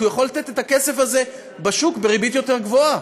כי הוא יכול לתת את הכסף הזה בשוק בריבית יותר גבוהה.